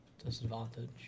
disadvantage